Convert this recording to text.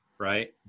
right